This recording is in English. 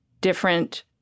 different